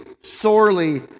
sorely